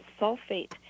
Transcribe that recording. sulfate